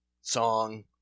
song